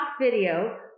video